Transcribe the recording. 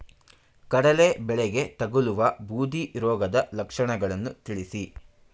ಕಡಲೆ ಬೆಳೆಗೆ ತಗಲುವ ಬೂದಿ ರೋಗದ ಲಕ್ಷಣಗಳನ್ನು ತಿಳಿಸಿ?